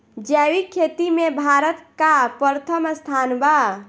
जैविक खेती में भारत का प्रथम स्थान बा